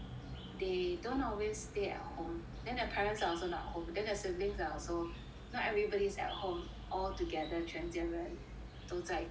they don't always stay at home then their parents are also not home then their siblings also not everybody's at home altogether 全家人都在家